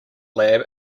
lab